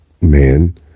man